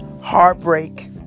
heartbreak